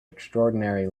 extraordinary